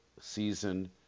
season